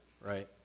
right